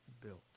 built